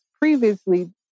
previously